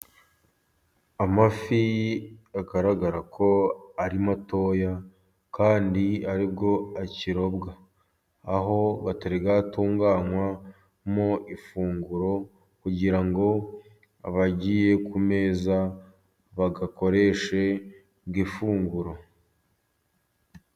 Amafi agaragara ko ari matoya, kandi aribwo akirobwa. Aho atunganywamo ifunguro, kugira ngo abagiye ku meza bayakoreshe nk'ifunguro.